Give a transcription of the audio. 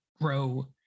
grow